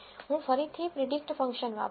હું ફરીથી predict function વાપરીશ